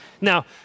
Now